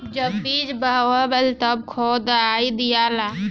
जब बीज बोवाला तब कौन खाद दियाई?